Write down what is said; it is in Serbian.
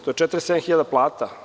To je 47.000 plata.